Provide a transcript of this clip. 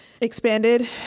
expanded